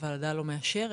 אבל הוועדה לא מאשרת.